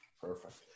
Perfect